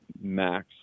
max